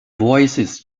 voices